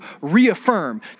reaffirm